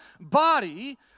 body